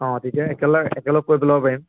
অঁ তেতিয়া একেলগ একেলগ কৰি পেলাব পাৰিম